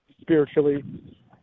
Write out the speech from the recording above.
spiritually